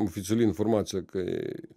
oficiali informacija kai